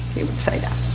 he would say that.